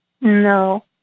No